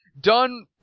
done